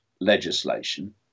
legislation